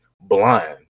blind